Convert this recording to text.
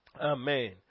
Amen